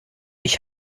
ich